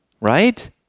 right